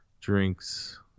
drinks